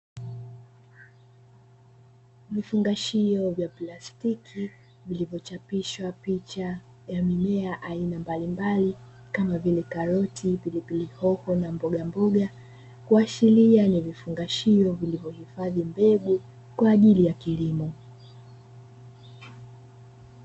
Vifungashio vya plastiki vilivyo chapishwa picha ya mimea aina mbalimbali kama vile: karoti, pilipili hoho na mbogamboga, kuashiria ni vifungashio vilivyo hifadhi mbegu kwaajili ya kilimo.